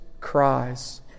cries